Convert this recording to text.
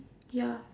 ya